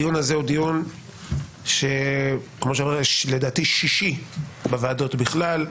הדיון הזה הוא דיון לדעתי שישי בוועדות בכלל,